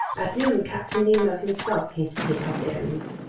at noon captain nemo himself came to take our bearings.